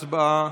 הצבעה.